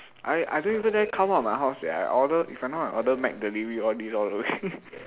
I I don't even dare come out of my house sia I order if I'm not wrong I order mcdelivery all this all the way